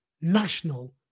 national